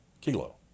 Kilo